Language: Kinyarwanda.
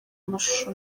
amashusho